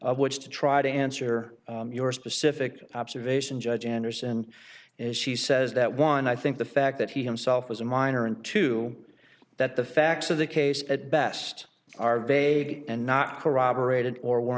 of which to try to answer your specific observations judge anderson as she says that one i think the fact that he himself was a minor and two that the facts of the case at best are vague and not corroborated or w